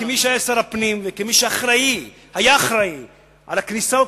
כמי שהיה שר הפנים וכמי שהיה אחראי לכניסות